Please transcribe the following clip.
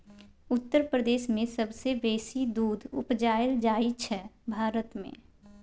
उत्तर प्रदेश मे सबसँ बेसी दुध उपजाएल जाइ छै भारत मे